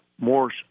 more